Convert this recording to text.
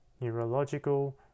neurological